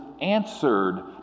answered